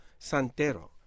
Santero